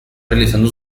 realizando